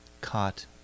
Caught